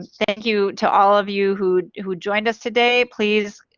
thank you to all of you who who joined us today please